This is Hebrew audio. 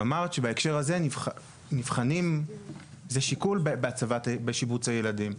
אמרת שבהקשר הזה זה שיקול בשיבוץ הילדים.